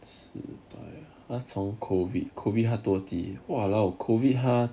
而从 COVID COVID 他多底 !walao! COVID 他